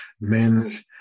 men's